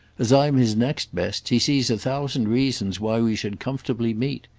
as i'm his next best he sees a thousand reasons why we should comfortably meet.